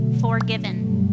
forgiven